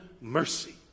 mercy